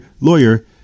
lawyer